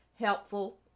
helpful